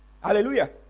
Hallelujah